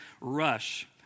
rush